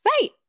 Right